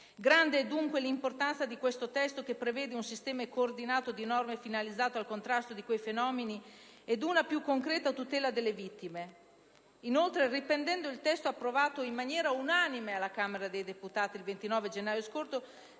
Grande è, dunque, l'importanza di questo testo, che prevede un sistema coordinato di norme finalizzate al contrasto di questi fenomeni ed una più concreta tutela delle vittime. Inoltre, riprendendo il testo approvato all'unanimità dalla Camera dei deputati il 29 gennaio scorso,